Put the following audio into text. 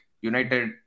United